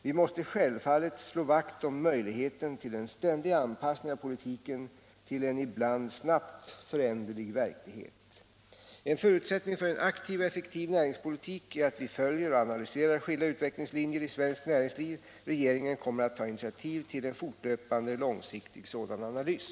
Vi måste självfallet slå vakt om möjligheten till en ständig anpassning av politiken till en ibland föränderlig verklighet. En förutsättning för en aktiv och effektiv näringspolitik är att vi följer och analyserar skilda utvecklingslinjer i svenskt näringsliv. Regeringen kommer att ta initiativ till en fortlöpande långsiktig sådan analys.